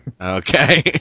Okay